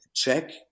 Check